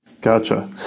Gotcha